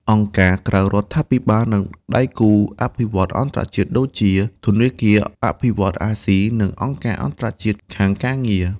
អង្គការក្រៅរដ្ឋាភិបាល និងដៃគូអភិវឌ្ឍន៍អន្តរជាតិដូចជា ធនាគារអភិវឌ្ឍន៍អាស៊ី និងអង្គការអន្តរជាតិខាងការងារ។